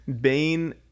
Bane